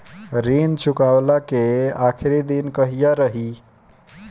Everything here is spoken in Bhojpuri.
ऋण चुकव्ला के आखिरी दिन कहिया रही?